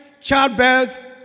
childbirth